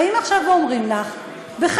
באים עכשיו ואומרים לך בחקיקה,